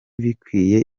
bikwiye